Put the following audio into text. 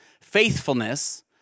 faithfulness